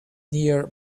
near